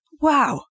Wow